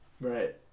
Right